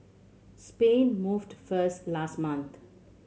Spain moved first last month